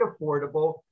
affordable